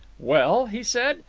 well? he said.